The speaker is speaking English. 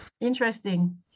Interesting